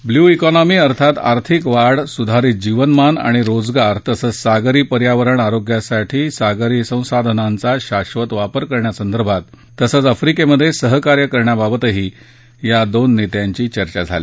blue economy अर्थात आर्थिक वाढ सुधारित जीवनमान आणि रोजगार तसंच सागरी पर्यावरण आरोग्यासाठी सागरी संसाधनांचा शाधत वापर करण्यासंदर्भात तसंच आफ्रिकेत सहकार्य करण्याबाबतही या दोन नेत्यांची चर्चा झाली